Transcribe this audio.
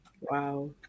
Wow